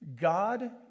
God